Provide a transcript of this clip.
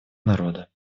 народа